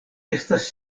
estas